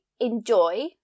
Enjoy